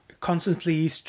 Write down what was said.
constantly